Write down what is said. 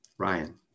Ryan